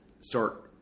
start –